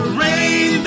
rain